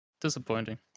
disappointing